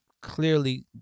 clearly